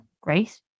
great